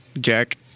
Jack